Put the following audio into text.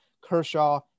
Kershaw